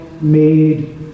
made